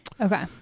Okay